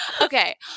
okay